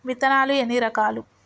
విత్తనాలు ఎన్ని రకాలు?